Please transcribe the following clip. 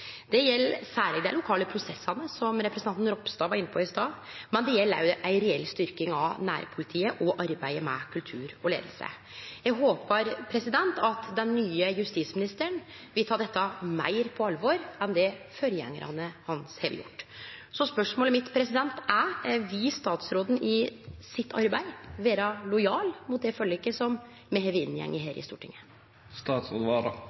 Det gjeld særleg dei lokale prosessane, som representanten Ropstad var inne på i stad, men det gjeld òg ei reell styrking av nærpolitiet og arbeidet med kultur og leiing. Eg håpar at den nye justisministeren vil ta dette meir på alvor enn det forgjengarane hans har gjort. Spørsmålet mitt er: Vil statsråden i sitt arbeid vere lojal mot det forliket som me har inngått her